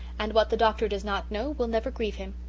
and what the doctor does not know will never grieve him.